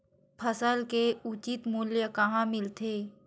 फसल के उचित मूल्य कहां मिलथे?